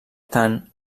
tant